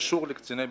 שקשור לקציני בטיחות.